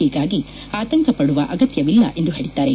ಹೀಗಾಗಿ ಆತಂಕಪದುವ ಅಗತ್ಯವಿಲ್ಲ ಎಂದು ಹೇಳಿದ್ದಾರೆ